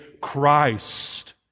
Christ